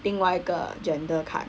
另外一个 gender 看